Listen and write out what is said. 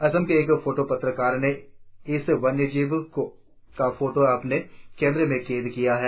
असम के एक फोटो पत्रकार ने इस वन्यजीव का फोटो अपने कैमरे में कैद किया है